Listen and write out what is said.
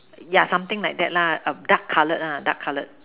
yeah something like that lah a dark colored lah dark colored